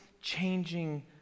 changing